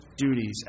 duties